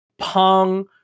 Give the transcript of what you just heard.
Pong